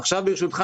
עכשיו ברשותך,